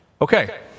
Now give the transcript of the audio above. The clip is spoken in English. Okay